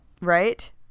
right